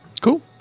cool